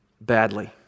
badly